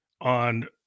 on